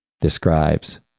describes